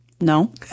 No